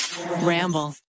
Ramble